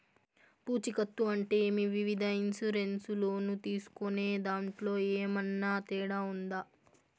పూచికత్తు అంటే ఏమి? వివిధ ఇన్సూరెన్సు లోను తీసుకునేదాంట్లో ఏమన్నా తేడా ఉందా?